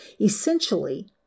essentially